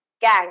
gang